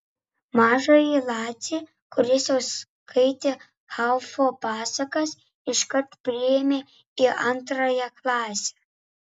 mažąjį lacį kuris jau skaitė haufo pasakas iškart priėmė į antrąją klasę